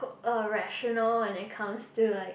uh rational when it comes to like